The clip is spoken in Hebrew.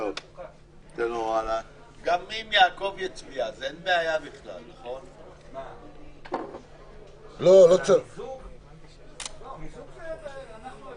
ננעלה בשעה 12:51.